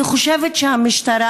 אני חושבת שהמשטרה,